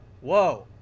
Whoa